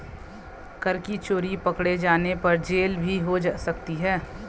कर की चोरी पकडे़ जाने पर जेल भी हो सकती है